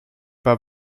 pas